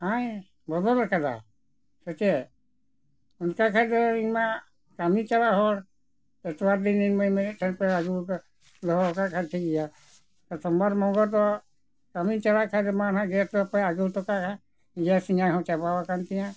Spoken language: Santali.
ᱦᱮᱸ ᱵᱚᱫᱚᱞ ᱟᱠᱟᱫᱟ ᱥᱮᱪᱮᱫ ᱚᱱᱠᱟ ᱠᱷᱟᱱ ᱫᱚ ᱤᱧᱢᱟ ᱠᱟᱹᱢᱤ ᱪᱟᱞᱟᱜ ᱦᱚᱲ ᱟᱴᱷᱣᱟᱨ ᱫᱤᱱ ᱤᱧ ᱢᱟᱹᱧ ᱢᱮᱱᱮᱫ ᱛᱟᱦᱮᱱᱟ ᱯᱮ ᱟᱹᱜᱩ ᱫᱚᱦᱚᱣ ᱠᱟᱫ ᱠᱷᱟᱱ ᱴᱷᱤᱠ ᱜᱮᱭᱟ ᱥᱚᱢᱵᱟᱨ ᱢᱚᱝᱜᱚᱞᱵᱟᱨ ᱫᱚ ᱠᱟᱹᱢᱤᱧ ᱪᱟᱞᱟᱜ ᱠᱷᱟᱱ ᱫᱚ ᱢᱟ ᱱᱟᱜ ᱜᱮᱥ ᱯᱮ ᱟᱜᱩ ᱦᱚᱴᱚ ᱠᱟᱜᱼᱟ ᱜᱮᱥ ᱤᱧᱟᱹᱜ ᱦᱚᱸ ᱪᱟᱵᱟᱣ ᱟᱠᱟᱱ ᱛᱤᱧᱟᱹ